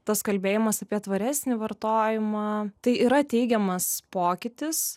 tas kalbėjimas apie tvaresnį vartojimą tai yra teigiamas pokytis